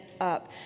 up